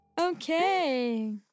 Okay